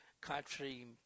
country